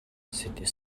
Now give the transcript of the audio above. sit